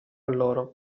loro